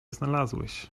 znalazłeś